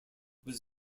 was